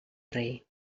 rei